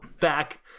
back